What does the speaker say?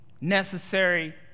necessary